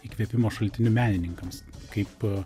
įkvėpimo šaltiniu menininkams kaip